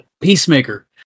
Peacemaker